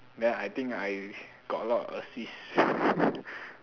then I think I got a lot of assist